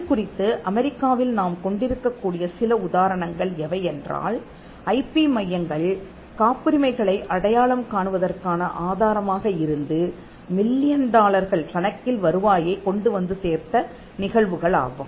இது குறித்துஅமெரிக்காவில் நாம் கொண்டிருக்கக் கூடிய சில உதாரணங்கள் எவை என்றால் ஐபி மையங்கள் காப்புரிமைகளை அடையாளம் காணுவதற்கான ஆதாரமாக இருந்து மில்லியன் டாலர்கள் கணக்கில் வருவாயைக் கொண்டு வந்து சேர்த்த நிகழ்வுகளாகும்